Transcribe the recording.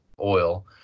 oil